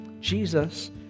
Jesus